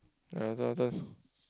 your turn your turn